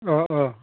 अह अह